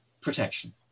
protection